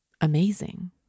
amazing